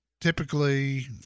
typically